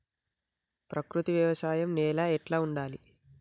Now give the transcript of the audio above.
ప్రకృతి వ్యవసాయం నేల ఎట్లా ఉండాలి?